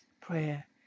prayer